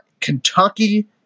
Kentucky